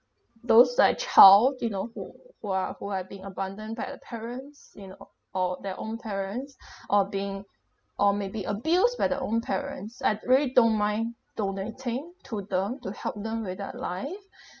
those like child you know who who are who are being abandoned by a parents you know or their own parents or being or may be abused by their own parents I'd really don't mind donating to them to help them with their life